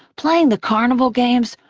playing the carnival games,